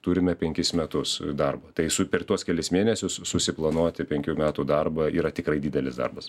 turime penkis metus darbo tai su per tuos kelis mėnesius susiplanuoti penkių metų darbą yra tikrai didelis darbas